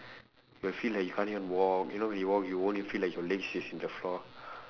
you'll feel like you can't even walk you know when you walk you won't even feel like your legs is in the floor